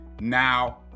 Now